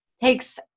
takes